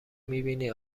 میبینی